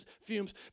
fumes